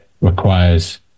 requires